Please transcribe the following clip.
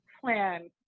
plan